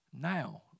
now